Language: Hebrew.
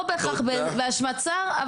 לא בהכרח באשמת שר,